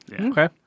Okay